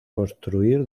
construir